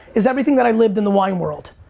is everything that i lived in the wine world.